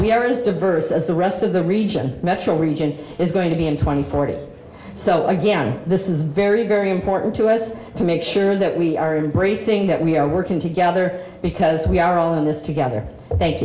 we are as diverse as the rest of the region metro region is going to be in twenty forty so again this is very very important to us to make sure that we are in bracing that we are working together because we are all in this together th